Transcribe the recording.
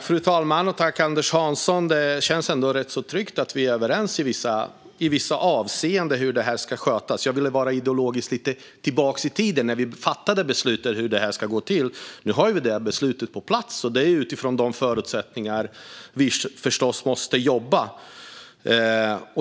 Fru talman! Det känns ändå rätt tryggt att vi är överens i vissa avseenden om hur det här ska skötas, Anders Hansson. Ideologiskt ville jag bara gå tillbaka lite grann i tiden till när vi fattade beslutet om hur det här ska gå till. Nu har vi det beslutet på plats, och det är förstås utifrån de förutsättningarna vi måste jobba.